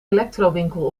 electrowinkel